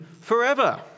forever